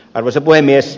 arvoisa puhemies